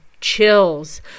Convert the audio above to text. chills